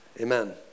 Amen